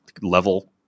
level